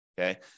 okay